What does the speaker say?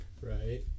Right